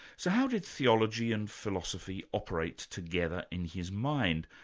so how did theology and philosophy operate together in his mind,